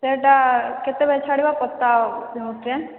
ସେଟା କେତେବେଳେ ଛାଡ଼ିବ ଟ୍ରେନ୍